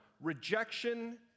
rejection